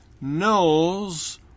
knows